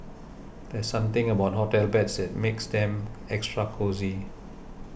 there's something about hotel beds that makes them extra cosy